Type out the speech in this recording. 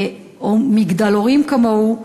או מגדלורים כמוהו,